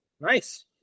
Nice